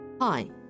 hi